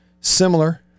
similar